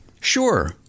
Sure